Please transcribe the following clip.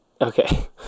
Okay